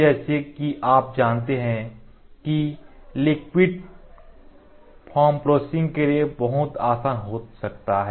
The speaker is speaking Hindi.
जैसा कि आप जानते हैं कि लिक्विड liquid तरल फॉर्म प्रोसेसिंग के लिए बहुत आसान हो सकता है